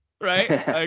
Right